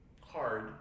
hard